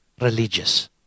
Religious